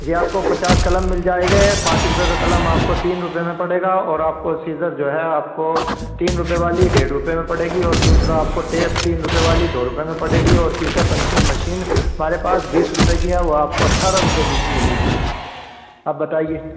جی آپ کو پچاس قلم مل جائیں گے پانچ روپے کا قلم آپ کو تین روپے میں پڑے گا اور آپ کو سیزر جو ہے آپ کو تین روپے والی ڈیڑھ روپے میں پڑے گی اور دوسرا آپ کو ٹیپ تین روپے والی دو روپے میں پڑے گی اور تیسرا پنچنگ مشین ہمارے پاس بیس روپے کی ہے وہ آپ کو اٹھارہ روپے کی ملے گی اب بتائیے